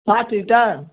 पाँच लीटर